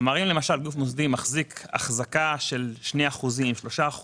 אם גוף מוסדי מחזיק החזקה של 2% או 3%,